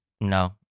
No